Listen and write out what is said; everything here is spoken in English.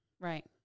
Right